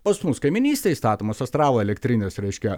pas mus kaimynystėj statomos astravo elektrinės reiškia